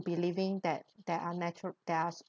believing that there are natural there are